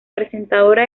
presentadora